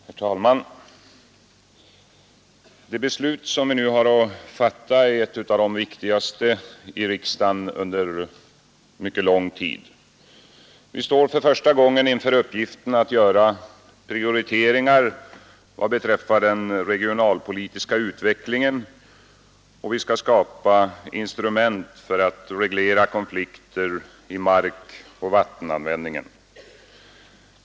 Herr talman! Det beslut vi nu har att fatta är ett av de viktigaste i riksdagen under mycket lång tid. Vi står för första gången inför uppgiften att göra prioriteringar vad beträffar den regionalpolitiska utvecklingen, och vi skall skapa instrument för att reglera konflikter i markoch vattenanvändningen.